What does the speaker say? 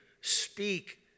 speak